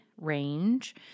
range